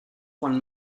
won